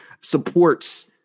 supports